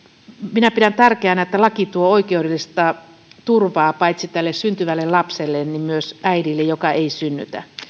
minä pidän tärkeänä että laki tuo oikeudellista turvaa paitsi syntyvälle lapselle myös äidille joka ei synnytä